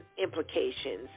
implications